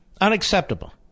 Unacceptable